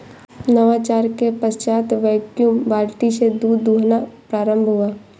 नवाचार के पश्चात वैक्यूम बाल्टी से दूध दुहना प्रारंभ हुआ